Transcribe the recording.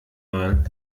mal